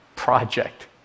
Project